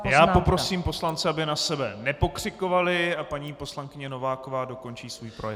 Já poprosím poslance, aby na sebe nepokřikovali, a paní poslankyně Nováková dokončí svůj projev.